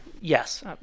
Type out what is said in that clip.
Yes